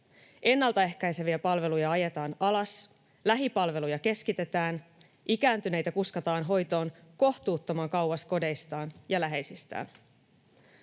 Ennaltaehkäiseviä palveluja ajetaan alas. Lähipalveluja keskitetään. Ikääntyneitä kuskataan hoitoon kohtuuttoman kauas kodeistaan ja läheisistään.